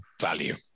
value